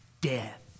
death